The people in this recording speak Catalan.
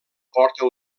porta